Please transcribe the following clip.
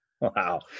Wow